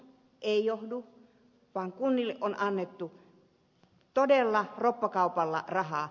ei johdu vaan kunnille on annettu todella roppakaupalla rahaa